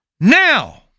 Now